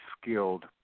skilled